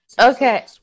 Okay